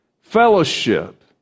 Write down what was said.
Fellowship